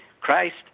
Christ